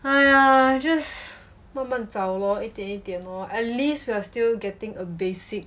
!hais! just 慢慢找 lor 一点一点 lor at least we are still getting a basic